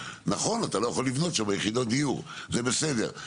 נכון, אתה לא יכול לבנות שם יחידות דיור, זה בסדר.